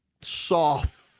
soft